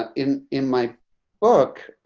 ah in in my book,